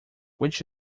which